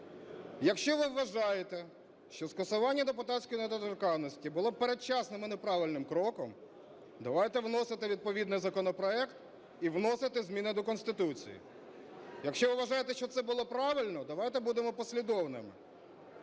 Якщо ви вважаєте, що скасування депутатської недоторканності було передчасним і неправильним кроком, давайте вносити відповідний законопроект і вносити зміни до Конституції. Якщо ви вважаєте, що це було правильно, давайте будемо послідовними.